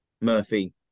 Murphy